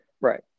Right